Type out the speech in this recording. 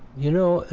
you know,